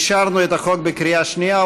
אישרנו את החוק בקריאה שנייה.